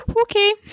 Okay